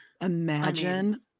Imagine